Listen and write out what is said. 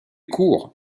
court